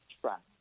trust